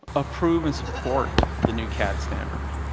approve, and support the new cad standard?